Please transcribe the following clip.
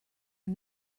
are